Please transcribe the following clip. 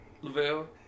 Lavelle